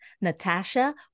Natasha